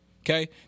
okay